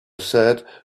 said